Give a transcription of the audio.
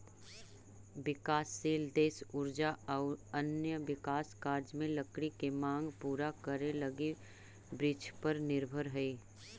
विकासशील देश ऊर्जा आउ अन्य विकास कार्य में लकड़ी के माँग पूरा करे लगी वृक्षपर निर्भर हइ